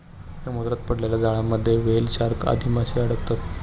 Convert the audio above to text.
समुद्रात पडलेल्या जाळ्यांमध्ये व्हेल, शार्क आदी माशे अडकतात